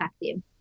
effective